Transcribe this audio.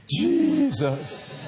Jesus